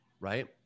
right